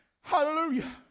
Hallelujah